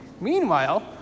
Meanwhile